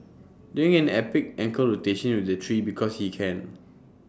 doing an epic ankle rotation with the tree because he can